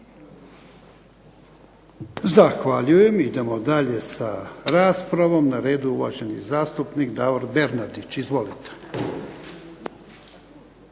Zahvaljujem. Idemo dalje sa raspravom, na redu je uvaženi zastupnik Davor Bernardić. Izvolite.